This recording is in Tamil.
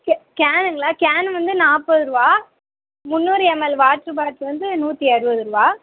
கே கேனுங்களா கேன் வந்து நாற்பது ரூபா முந்நூறு எம்எல் வாட்டரு பாட்டில் வந்து நூற்றி அறுபது ரூபா